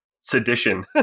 sedition